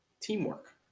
teamwork